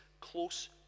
close